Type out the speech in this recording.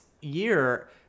year